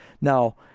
Now